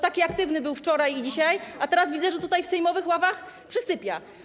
Taki aktywny był wczoraj i dzisiaj, a teraz widzę, że w sejmowych ławach przysypia.